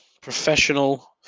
professional